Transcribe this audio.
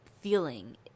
feeling